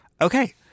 okay